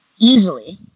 easily